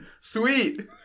Sweet